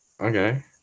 Okay